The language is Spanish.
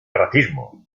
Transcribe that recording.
racismo